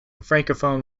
francophone